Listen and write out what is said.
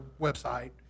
website